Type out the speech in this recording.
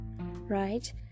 right